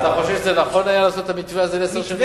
אתה חושב שנכון היה לעשות את המתווה הזה לעשר שנים?